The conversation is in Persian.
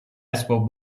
اسباب